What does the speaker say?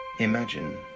Imagine